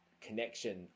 connection